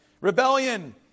rebellion